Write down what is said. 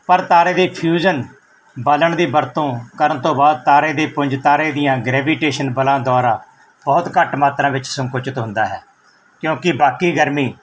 ਪਰ ਤਾਰੇ ਦੇ ਫਿਊਜ਼ਨ ਬਾਲਣ ਦੀ ਵਰਤੋਂ ਕਰਨ ਤੋਂ ਬਾਅਦ ਤਾਰੇ ਦੇ ਪੁੰਜ ਤਾਰੇ ਦੀਆਂ ਗ੍ਰੈਵੀਟੇਸ਼ਨ ਬਲਾਂ ਦੁਆਰਾ ਬਹੁਤ ਘੱਟ ਮਾਤਰਾ ਵਿੱਚ ਸੰਕੁਚਿਤ ਹੁੰਦਾ ਹੈ ਕਿਉਂਕੀ ਬਾਕੀ ਗਰਮੀ